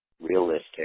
realistic